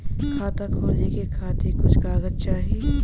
खाता खोले के खातिर कुछ कागज चाही?